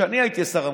כשאני הייתי השר המקשר,